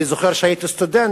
אני זוכר שכאשר הייתי סטודנט,